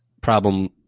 problem